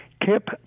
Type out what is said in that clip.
Kip